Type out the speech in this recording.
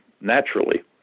naturally